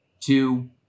two